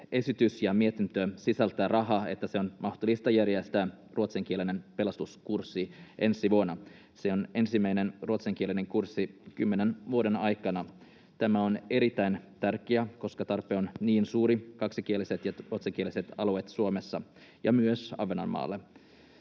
ja -mietintö sisältää rahaa, että on mahdollista järjestää ruotsinkielinen pelastuskurssi ensi vuonna. Se on ensimmäinen ruotsinkielinen kurssi kymmenen vuoden aikana. Tämä on erittäin tärkeää, koska tarve on niin suuri kaksikielisillä ja ruotsinkielisillä alueilla Suomessa ja myös Ahvenanmaalla.